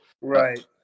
Right